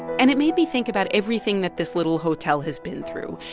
and it made me think about everything that this little hotel has been through.